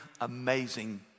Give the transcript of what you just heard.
amazing